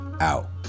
out